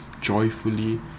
joyfully